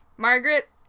Margaret